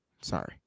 Sorry